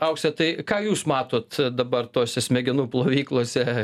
aukse tai ką jūs matot dabar tose smegenų plovyklose